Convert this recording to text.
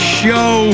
show